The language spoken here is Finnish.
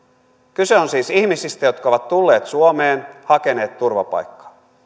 kyse on siis ihmisistä jotka ovat tulleet suomeen hakeneet turvapaikkaa